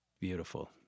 Beautiful